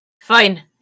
Fine